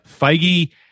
Feige